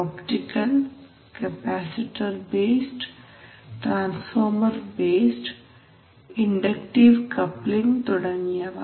optical capacitor based transformer based inductive coupling തുടങ്ങിയവ